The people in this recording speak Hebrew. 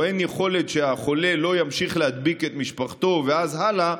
או אין יכולת שהחולה לא ימשיך להדביק את משפחתו ואז הלאה,